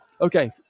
okay